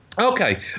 Okay